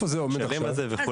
צריך לשלם על זה וכולי.